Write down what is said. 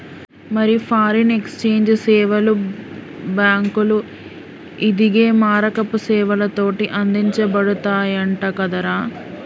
మరి foreign exchange సేవలు బాంకులు, ఇదిగే మారకపు సేవలతోటి అందించబడతయంట కదరా